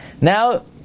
Now